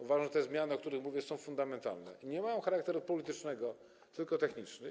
Uważam, że te zmiany, o których mówię, są fundamentalne i nie mają charakteru politycznego, tylko techniczny.